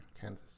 Kansas